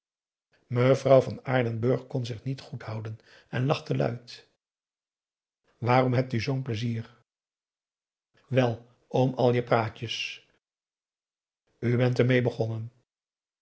mevrouw van aardenburg kon zich niet goed houden en lachte luid waarom hebt u zoo'n pleizier wel om al je praatjes u bent ermeê begonnen